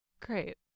Great